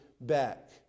back